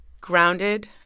grounded